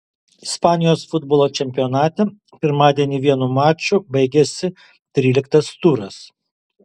ispanijos futbolo čempionate pirmadienį vienu maču baigėsi tryliktas turas